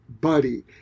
buddy